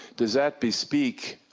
does that bespeak,